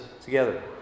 together